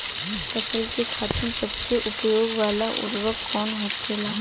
फसल के खातिन सबसे उपयोग वाला उर्वरक कवन होखेला?